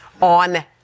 on